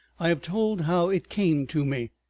i have told how it came to me,